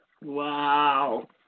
Wow